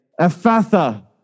Ephatha